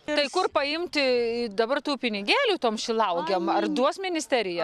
tai kur paimti dabar tų pinigėlių toms šilauogėm ar duos ministerija